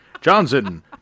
johnson